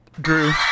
Drew